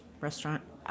restaurant